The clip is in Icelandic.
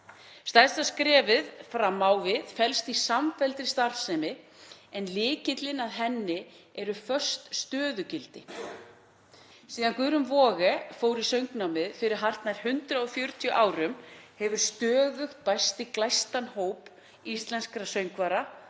Stærsta skrefið fram á við felst í samfelldri starfsemi en lykillinn að henni eru föst stöðugildi. Síðan Guðrún Waage fór í söngnámið fyrir hartnær 140 árum hefur stöðugt bæst í glæstan hóp íslenskra söngvara